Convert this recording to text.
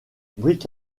bric